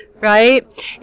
right